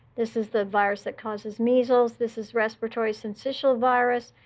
this is the virus that causes measles. this is respiratory so and syncytial virus.